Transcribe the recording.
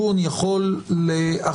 תשקלו לצורך ההבהרה.